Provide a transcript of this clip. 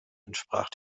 entsprach